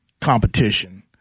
competition